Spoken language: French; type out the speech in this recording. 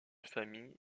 famille